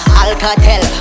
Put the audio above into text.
alcatel